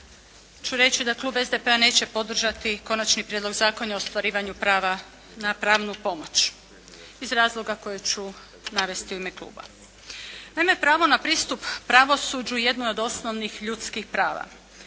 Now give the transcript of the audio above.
ću reći da klub SDP-a neće podržati Konačni prijedlog Zakona o ostvarivanju prava na pravnu pomoć. Iz razloga koje ću navesti u ime kluba. Naime, pravo na pristup pravosuđu jedno je od osnovnih ljudskih prava.